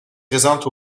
présente